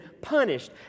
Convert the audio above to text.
punished